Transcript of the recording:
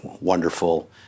wonderful